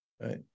right